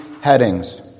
headings